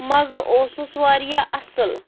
مَزٕ اوسُس وارِیاہ اَصٕل